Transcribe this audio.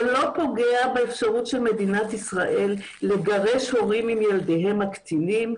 זה לא פוגע באפשרות של מדינת ישראל לגרש הורים עם ילדיהם הקטינים,